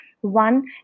One